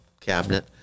cabinet